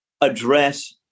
address